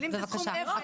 בבקשה.